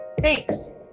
Thanks